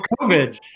COVID